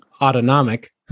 autonomic